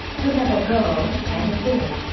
to have a girl and a boy.